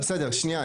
שניה,